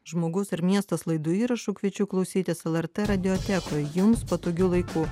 žmogus ir miestas laidų įrašų kviečiu klausytis lrt radiotekoj jums patogiu laiku